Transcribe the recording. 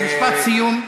משפט סיום.